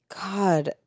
god